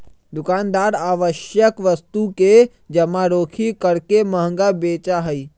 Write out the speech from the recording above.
दुकानदार आवश्यक वस्तु के जमाखोरी करके महंगा बेचा हई